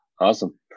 Awesome